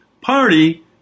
party